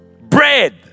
Bread